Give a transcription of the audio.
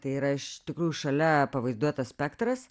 tai yra iš tikrųjų šalia pavaizduotas spektras